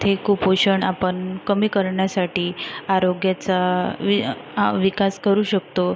ते कुपोषण आपण कमी करण्यासाठी आरोग्याचा वि आ विकास करू शकतो